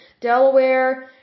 Delaware